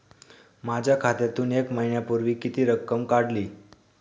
माझ्या खात्यातून एक महिन्यापूर्वी किती रक्कम काढली?